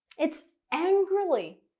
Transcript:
it's angrily.